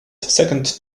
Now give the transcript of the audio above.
second